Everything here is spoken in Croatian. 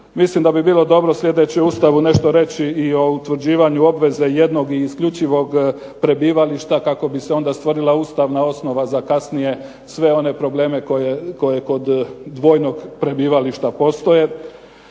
Mislim da bi bilo dobro u sljedećem Ustavu nešto reći i o utvrđivanju obveze jednog i isključivog prebivališta kako bi se onda stvorila ustavna osnova za kasnije sve one probleme koje kod dvojnog prebivališta postoje.